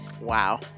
Wow